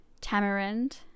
tamarind